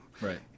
Right